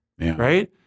right